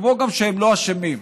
כמו גם לא לאשמים.